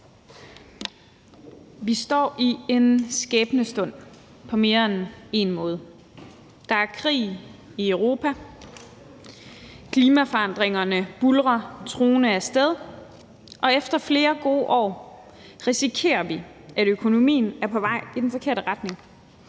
Vi står i en skæbnestund på mere end én måde. Der er krig i Europa, klimaforandringerne buldrer truende af sted, og efter flere gode år risikerer vi, at økonomien er på vej i den forkerte retning